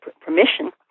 permission